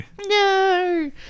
No